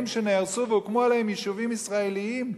שנהרסו והוקמו עליהם יישובים ישראליים.